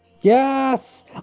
Yes